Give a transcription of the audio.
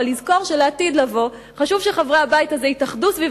אך לזכור שלעתיד לבוא חשוב שחברי הבית הזה יתאחדו סביב